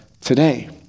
today